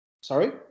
sorry